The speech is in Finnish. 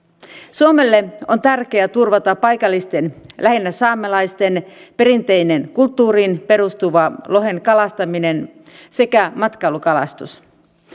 suomelle on tärkeää turvata paikallisten lähinnä saamelaisten perinteinen kulttuuriin perustuva lohen kalastaminen sekä matkailukalastus